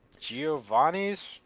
Giovanni's